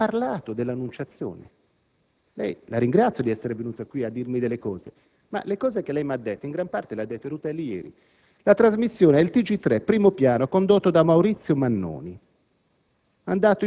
ha parlato dell'«Annunciazione». La ringrazio di essere venuta qui a darmi delle risposte ma le cose che lei mi ha detto in gran parte le ha dette Rutelli ieri durante la trasmissione del TG 3 «Primo Piano», condotta da Maurizio Mannoni,